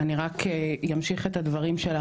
אני רק אמשיך את הדברים שלך.